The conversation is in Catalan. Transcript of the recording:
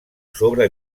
sobre